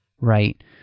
Right